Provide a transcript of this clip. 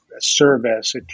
service